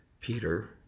Peter